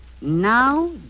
Now